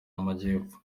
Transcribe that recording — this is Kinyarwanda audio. y’amajyepfo